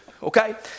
Okay